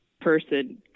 person